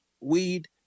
weed